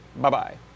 Bye-bye